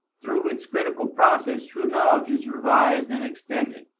through its critical process true knowledge is revised and extended,